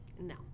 No